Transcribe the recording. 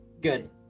good